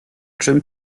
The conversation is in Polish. czym